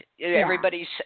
everybody's